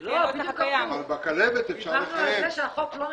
דיברנו על זה שהחוק לא מחייב.